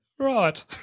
right